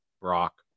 Brock